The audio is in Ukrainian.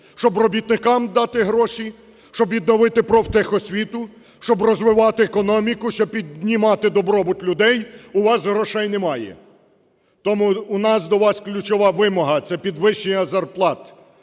щоб робітникам дати гроші, щоб відновити профтехосвіту, щоб розвивати економіку, щоб піднімати добробут людей у вас грошей немає. Тому у нас до вас ключова вимога – це підвищення зарплат,